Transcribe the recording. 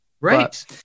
right